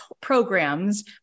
programs